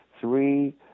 three